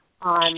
on